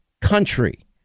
country